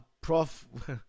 prof